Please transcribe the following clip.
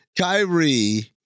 Kyrie-